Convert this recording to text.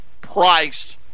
price